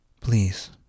please